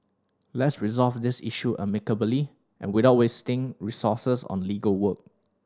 let's resolve this issue amicably without wasting resources on legal work